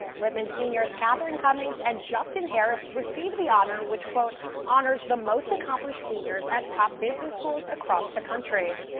whitman seniors catherine cummings and justin harris received the honor which quote honors the most accomplished seniors at top business schools across the country.